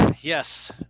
Yes